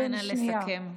נא לסכם.